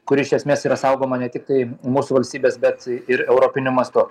kuri iš esmės yra saugoma ne tiktai mūsų valstybės bet ir europiniu mastu